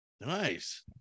nice